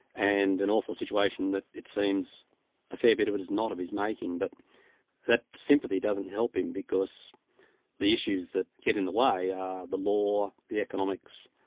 and an awful situation that it seems a fair bit of it is not of his making. but that sympathy doesn't help him, because the issues that get in the way are the law, the economics,